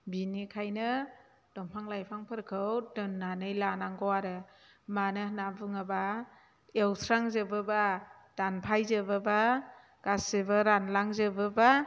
बिनिखायनो दंफां लाइफांफोरखौ दोननानै लानांगौ आरो मानो होननानै बुङोब्ला एवस्रांजोबोब्ला दानफाय जोबोब्ला गासिबो रानलां जोबोब्ला